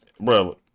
Bro